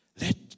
Let